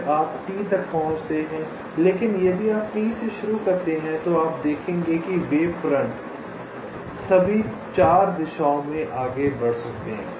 फिर आप T तक पहुंचते हैं लेकिन यदि आप T से शुरू करते हैं तो आप देखेंगे कि वेव फ्रंट सभी 4 दिशाओं में आगे बढ़ सकते हैं